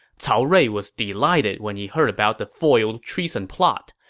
cao rui was delighted when he heard about the foiled treason plot.